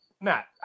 Matt